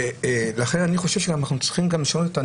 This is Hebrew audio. לכן אנחנו גם צריכים לשנות את הניסוח.